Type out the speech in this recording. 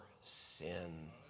sin